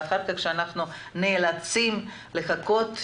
ואחר כך אנחנו נאלצים לחכות שנה,